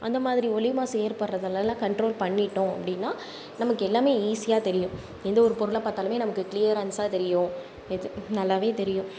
அந்த மாதிரி ஒளி மாசு ஏற்படறதை எல்லாம் கன்ட்ரோல் பண்ணிட்டோம் அப்படினா நமக்கு எல்லாமே ஈசியாக தெரியும் எந்த ஒரு பொருளை பார்த்தாலுமே நமக்கு கிளியரன்ஸ்ஸாக தெரியும் எது நல்லாவே தெரியும்